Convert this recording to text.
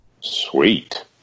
Sweet